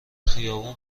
خیابون